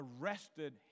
arrested